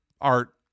art